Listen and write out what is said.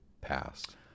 passed